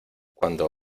cuando